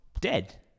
dead